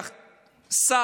שר ללא תיק.